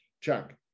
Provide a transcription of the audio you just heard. Chuck